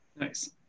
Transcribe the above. Nice